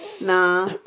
Nah